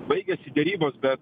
baigiasi derybos bet